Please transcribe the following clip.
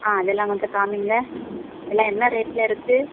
ஆ அதெல்லாம் கொஞ்சம் காமிங்க எல்லாம் என்ன ரேட்டில் இருக்குது